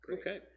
Okay